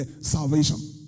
Salvation